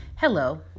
Hello